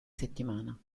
settimana